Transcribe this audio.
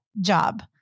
job